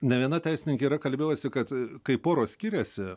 ne viena teisininkė yra kalbėosi kad kai poros skiriasi